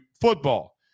football